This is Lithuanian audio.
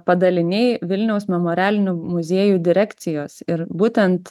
padaliniai vilniaus memorialinių muziejų direkcijos ir būtent